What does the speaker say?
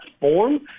form